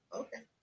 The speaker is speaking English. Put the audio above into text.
okay